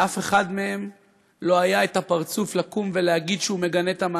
לאף אחד מהם לא היה את הפרצוף לקום ולהגיד שהוא מגנה את המעשה,